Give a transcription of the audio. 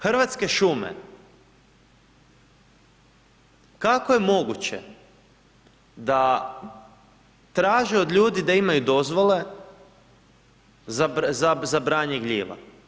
Hrvatske šume kako je moguće da traže od ljudi da imaju dozvole za branje gljiva?